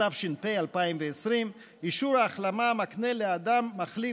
התש"ף 2020, אישור ההחלמה מקנה לאדם מחלים